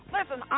Listen